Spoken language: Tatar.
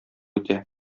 итә